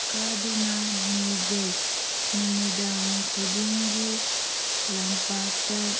ꯀꯥꯗꯨꯅ ꯅꯤꯖꯩ ꯅꯨꯃꯤꯗꯥꯡ ꯈꯨꯗꯤꯡꯒꯤ ꯂꯝꯄꯥꯛꯇ